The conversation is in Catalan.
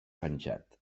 penjat